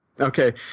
Okay